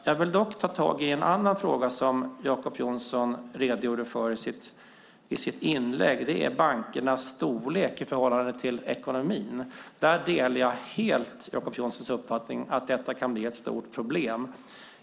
Jag vill ta upp en annan fråga som Jacob Johnson talade om i sitt inlägg, nämligen bankernas storlek i förhållande till ekonomin. Jag delar helt Jacob Johnssons uppfattning att det kan bli ett stort problem.